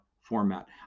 format